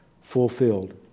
fulfilled